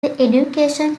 education